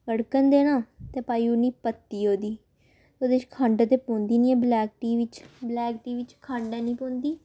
गड़कन देना ते पाई ओड़नी पत्ती ओह्दी ओह्दे च खंड ते पौंदी निं ऐ ब्लैक टी बिच्च ब्लैक टी बिच्च खंड हैनी पौंदी